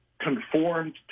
Conformed